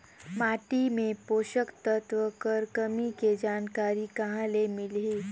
माटी मे पोषक तत्व कर कमी के जानकारी कहां ले मिलही?